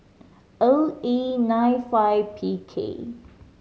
O E nine five P K